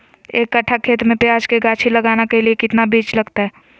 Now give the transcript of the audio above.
एक कट्ठा खेत में प्याज के गाछी लगाना के लिए कितना बिज लगतय?